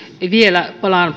vielä palaan